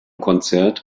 konzert